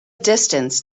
distance